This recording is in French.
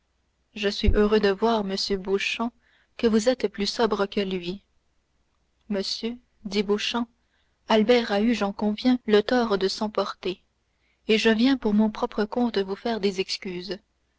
je suis heureux de voir monsieur beauchamp que vous êtes plus sobre que lui monsieur dit beauchamp albert a eu j'en conviens le tort de s'emporter et je viens pour mon propre compte vous faire des excuses